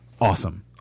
awesome